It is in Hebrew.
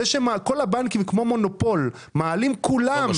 זה שכל הבנקים כמו מונופול מעלים כולם את